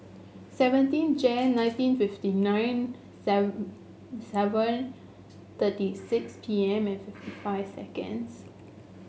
seventeen Jan nineteen fifty nine seven thirty six P M and fifty five seconds